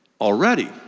already